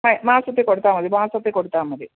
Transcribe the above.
ആ മാസത്തിൽ കൊടുത്താൽമതി മാസത്തിൽ കൊടുത്താമതി